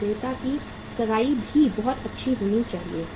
और विक्रेता की सगाई भी बहुत अच्छी होनी चाहिए